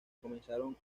comenzaron